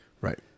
Right